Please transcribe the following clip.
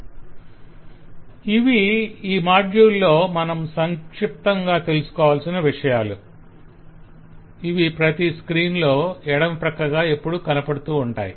slide time చూడండి 0254 ఇవి ఈ మాడ్యుల్ లో మనం సంక్షిప్తంగా తెలుసుకోవాల్సిన విషయాలు ఇవి ప్రతి స్క్రీన్ లో ఎడమ ప్రక్కగా ఎప్పుడూ కనపడుతూ ఉంటాయి